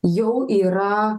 jau yra